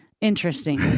interesting